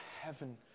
heaven